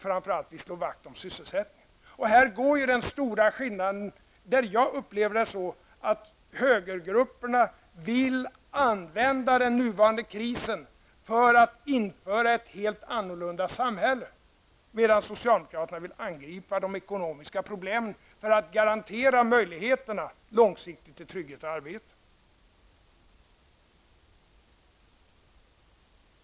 Framför allt vill vi slå vakt om sysselsättningen. Här går den stora skiljelinjen. Jag upplever det som så att högergrupperna vill använda den nuvarande krisen för att införa ett helt annorlunda samhälle, medan socialdemokraterna vill angripa de ekonomiska problemen för att garantera möjligheterna långsiktigt och trygghet i arbetet.